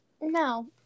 No